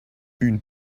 une